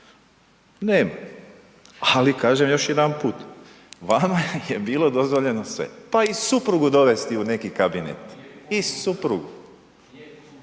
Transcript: Nema, ali kažem još jedanput, vama je bilo dozvoljeno sve, pa i suprugu dovesti u neki kabinet. I suprugu,